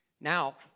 Now